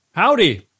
Howdy